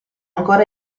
ancora